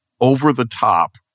over-the-top